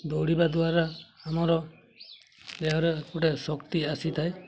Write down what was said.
ଦୌଡ଼ିବା ଦ୍ୱାରା ଆମର ଦେହରେ ଗୋଟେ ଶକ୍ତି ଆସିଥାଏ